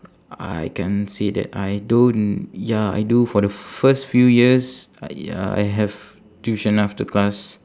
I can say that I don't ya I do for the first few years I ya I have tuition after class